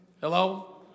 Hello